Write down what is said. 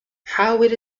حاول